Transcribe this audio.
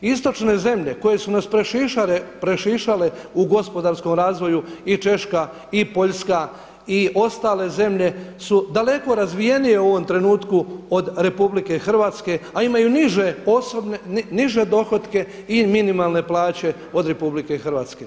Istočne zemlje koje su nas prešišale u gospodarskom razvoju i Češka i Poljska i ostale zemlje su daleko razvijenije u ovom trenutku od RH a imaju niže dohotke i minimalne plaće od RH.